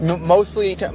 Mostly